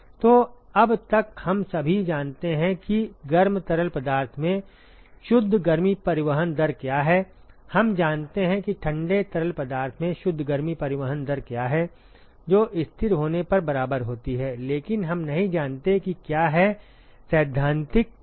तो अब तक हम सभी जानते हैं कि गर्म तरल पदार्थ में शुद्ध गर्मी परिवहन दर क्या है हम जानते हैं कि ठंडे तरल पदार्थ में शुद्ध गर्मी परिवहन दर क्या है जो स्थिर होने पर बराबर होती है लेकिन हम नहीं जानते कि क्या है सैद्धांतिक अधिकतम संभव